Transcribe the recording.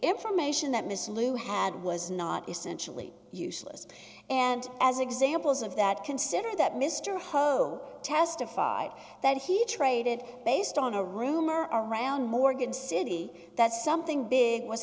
information that miss lou had was not essentially useless and as examples of that consider that mr ho testified that he traded based on a rumor around morgan city that something big w